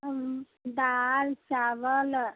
दाल चावल